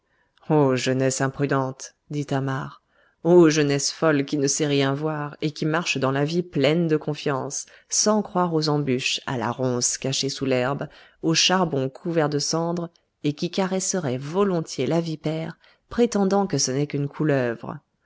ô jeunesse imprudente dit thamar ô jeunesse folle qui ne sait rien voir et qui marche dans la vie pleine de confiance sans croire aux embûches à la ronce cachée sous l'herbe au charbon couvert de cendres et qui caresserait volontiers la vipère prétendant que ce n'est qu'une couleuvre